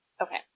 Okay